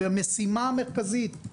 המשימה המרכזית,